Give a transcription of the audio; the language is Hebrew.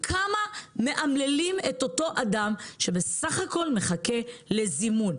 כמה מאמללים את אותו אדם שבסך הכול מחכה לזימון?